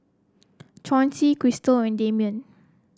Chauncey Krystal and Damian